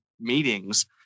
meetings